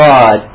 God